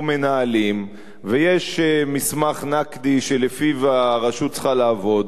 מנהלים ויש מסמך נקדי שלפיו הרשות צריכה לעבוד,